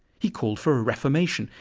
he called for a reformation,